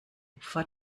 opfer